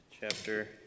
chapter